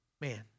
Man